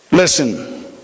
Listen